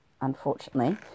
unfortunately